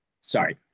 Sorry